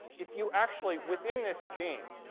if you actually, within this gene,